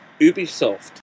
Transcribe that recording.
Ubisoft